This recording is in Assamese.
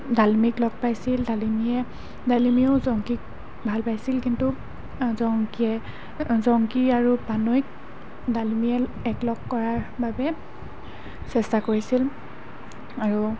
ডালিমিক লগ পাইছিল ডালিমিয়ে ডালিমিয়েও জংকীক ভাল পাইছিল কিন্তু জংকীয়ে জংকী আৰু পানৈক ডালিমিয়ে এক লগ কৰাৰ বাবে চেষ্টা কৰিছিল আৰু